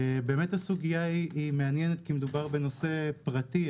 הסוגיה היא מעניינת, כי מדובר בנושא פרטי.